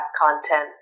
content